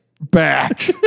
back